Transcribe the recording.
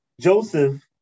Joseph